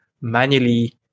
manually